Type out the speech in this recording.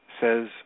says